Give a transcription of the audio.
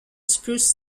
spruce